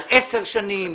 על עשר שנים,